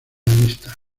lista